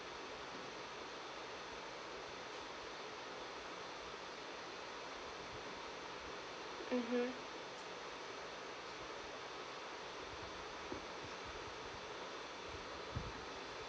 mmhmm